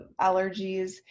allergies